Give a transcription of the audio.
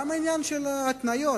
גם העניין של ההתניות,